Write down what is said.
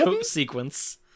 Sequence